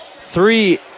three